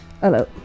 Hello